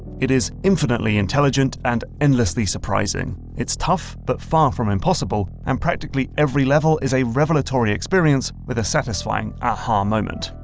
it is infinitely intelligent and endlessly surprising. it's tough, but far from impossible, and practically every level is a revalatory experience with a satisfying aha! moment.